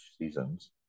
seasons